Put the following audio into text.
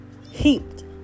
heaped